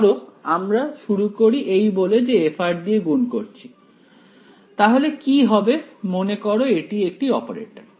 ধরো আমরা শুরু করি এই বলে যে f দিয়ে গুণ করছি তাহলে কি হবে মনে করো এটি একটি অপারেটর